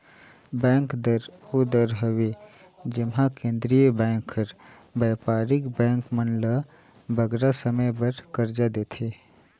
bank दर ओ दर हवे जेम्हां केंद्रीय बेंक हर बयपारिक बेंक मन ल बगरा समे बर करजा देथे